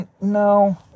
no